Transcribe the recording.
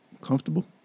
comfortable